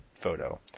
photo